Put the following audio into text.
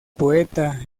poeta